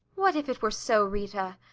what if it were so, rita?